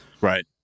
right